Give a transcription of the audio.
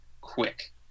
quick